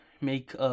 make